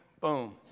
boom